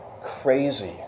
crazy